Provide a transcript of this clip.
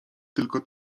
tylko